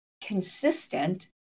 consistent